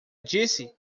disse